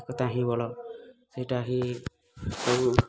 ଏକତା ହିଁ ବଳ ସେଇଟା ହିଁ ସବୁ